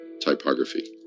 typography